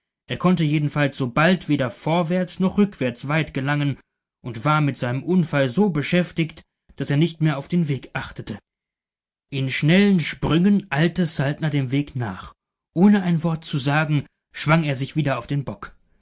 er konnte jedenfalls so bald weder vorwärts noch rückwärts weit gelangen und war mit seinem unfall so beschäftigt daß er nicht mehr auf den weg achtete in schnellen sprüngen eilte saltner dem wagen nach ohne ein wort zu sagen schwang er sich wieder auf den bock